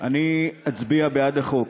אני אצביע בעד החוק